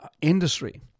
industry